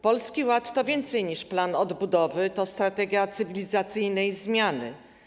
Polski Ład to więcej niż plan odbudowy, to strategia cywilizacyjnej zmiany.